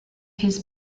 his